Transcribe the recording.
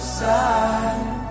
side